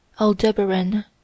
Aldebaran